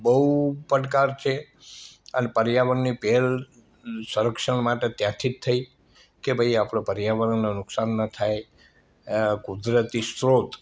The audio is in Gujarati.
બહુ પડકાર છે અને પર્યાવરણની પહેલ સંરક્ષણ માટે ત્યાંથી થઈ કે ભાઈ આપણે પર્યાવરણને નુકસાન ન થાય એ કુદરતી સ્રોત